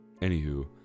Anywho